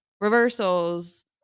reversals